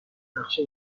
نقشه